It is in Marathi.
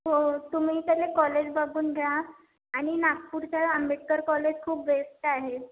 हो तुम्ही पहिले कॉलेज बघून घ्या आणि नागपूरच्या आंबेडकर कॉलेज खूप बेस्ट आहे